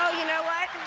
you know what,